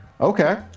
Okay